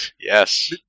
yes